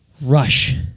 rush